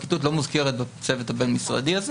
הפרקליטות לא מוזכרת בצוות הבין-משרדי הזה.